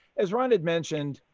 as ron and mentioned,